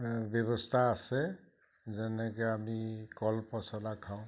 ও ব্যৱস্থা আছে যেনেকৈ আমি কলপচলা খাওঁ